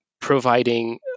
providing